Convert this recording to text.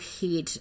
head